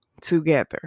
together